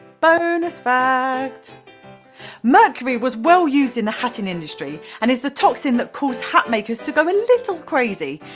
bonus fact mercury was well used in the hatting industry and is the toxin that caused hat makers to go a little crazy.